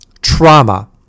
trauma